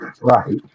Right